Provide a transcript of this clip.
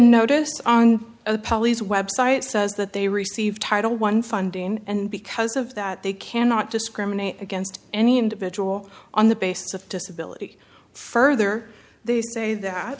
notice on the pollies website says that they receive title one funding and because of that they cannot discriminate against any individual on the basis of disability further they say that